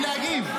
תני להגיב.